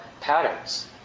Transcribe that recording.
patterns